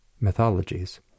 mythologies